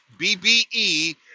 BBE